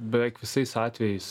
beveik visais atvejais